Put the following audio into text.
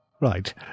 Right